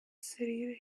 city